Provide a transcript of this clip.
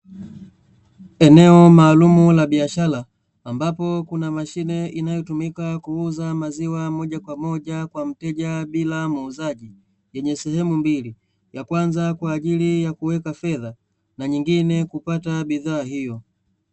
Eneo maalumu la biashara, ambapo kuna mashine inayotumika kuuza maziwa moja kwa moja kwa mteja bila ya muuzaji, yenye sehemu mbili ya kwanza kwa ajili ya kuweka fedha na nyingine kupata bidhaa hiyo.